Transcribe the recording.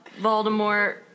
Voldemort